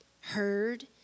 heard